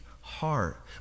heart